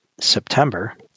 September